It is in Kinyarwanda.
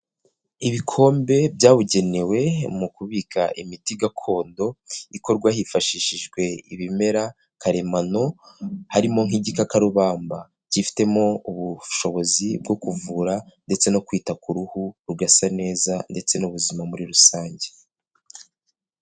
Ibikombe byabugenewe mu kubika imiti gakondo ikorwa hifashishijwe ibimera karemano harimo nk'igikakarubamba, kifitemo ubushobozi bwo kuvura ndetse no kwita ku ruhu rugasa neza ndetse n'ubuzima muri rusange.